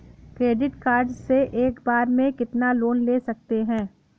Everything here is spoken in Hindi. क्रेडिट कार्ड से एक बार में कितना लोन ले सकते हैं?